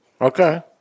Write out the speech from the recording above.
Okay